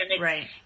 Right